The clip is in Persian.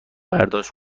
برداشت